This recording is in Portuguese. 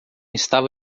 estava